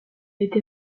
été